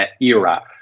era